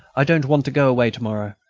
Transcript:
i don't want to go away to-morrow.